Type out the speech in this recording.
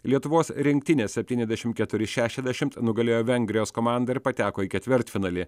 lietuvos rinktinė septyniasdešimt keturi šešiasdešimt nugalėjo vengrijos komandą ir pateko į ketvirtfinalį